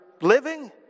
living